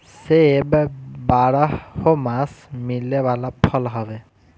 सेब बारहोमास मिले वाला फल हवे